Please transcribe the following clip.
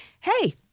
hey